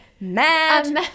Mad